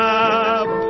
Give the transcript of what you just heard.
up